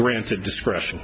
granted discretion